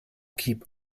keep